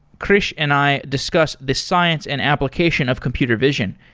krish and i discussed the science and application of computer vision,